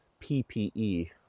ppe